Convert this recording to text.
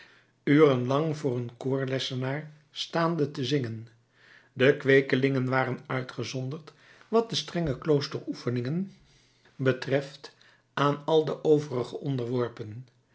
lang voor een koorlessenaar staande te zingen de kweekelingen waren uitgezonderd wat de strenge kloosteroefeningen betreft aan al de overige onderworpen